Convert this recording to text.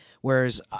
whereas